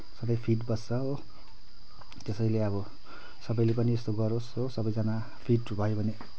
सधैँ फिट बस्छ हो त्यसैले अब सबैले पनि यस्तो गरोस् हो सबैजना फिट भयो भने